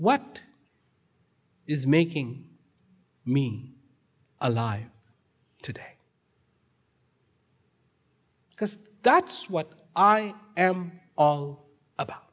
what is making me alive today because that's what i am all about